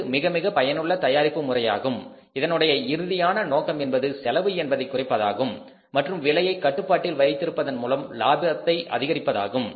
இது மிக மிக பயனுள்ள தயாரிப்பு முறையாகும் இதனுடைய இறுதியான நோக்கம் என்பது செலவு என்பதை குறைப்பதாகும் மற்றும் விலையை கட்டுப்பாட்டில் வைத்திருப்பதன் மூலம் லாபத்தை அதிகரிப்பதாகும்